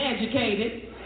educated